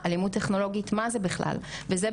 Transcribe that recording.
על מנת שקודם כל ידעו לזהות את זה,